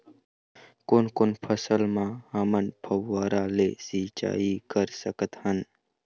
कोन कोन फसल म हमन फव्वारा ले सिचाई कर सकत हन?